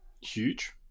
huge